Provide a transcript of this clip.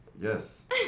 yes